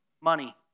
money